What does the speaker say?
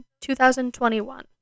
2021